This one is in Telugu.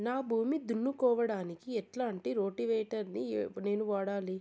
నా భూమి దున్నుకోవడానికి ఎట్లాంటి రోటివేటర్ ని నేను వాడాలి?